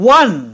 one